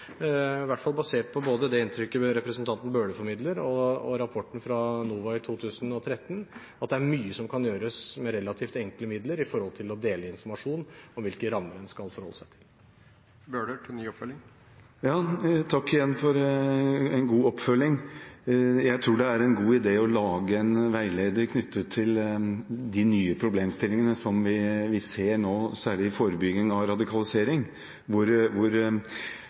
inntrykket representanten Bøhler formidler, og rapporten fra NOVA i 2013, at det er mye som kan gjøres med relativt enkle midler når det gjelder det å dele informasjon og hvilke rammer en skal forholde seg til. Takk for en god oppfølging. Jeg tror det er en god idé å lage en veileder knyttet til de nye problemstillingene som vi ser nå, særlig forebygging av radikalisering, hvor